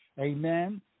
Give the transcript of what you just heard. amen